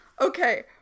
okay